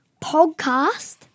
podcast